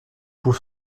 pour